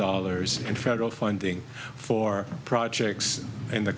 dollars in federal funding for projects in the